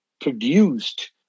produced